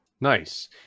Nice